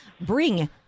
bring